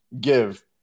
give